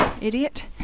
idiot